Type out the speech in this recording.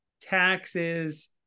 taxes